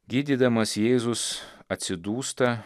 gydydamas jėzus atsidūsta